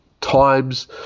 times